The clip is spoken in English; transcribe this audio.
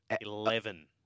eleven